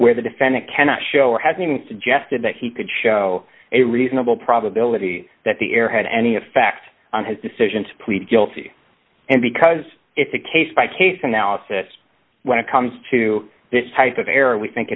where the defendant cannot show or has even suggested that he could show a reasonable probability that the air had any effect on his decision to plead guilty and because it's a case by case analysis when it comes to this type of error we think